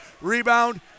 Rebound